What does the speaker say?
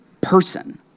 person